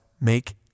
make